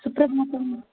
सुप्रभातम्